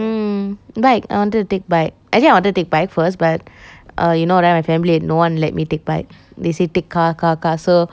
mm bike I wanted to take bike actually I wanted to take bike first but err you know right my family no one let me take bike they say take car car car so